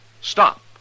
stop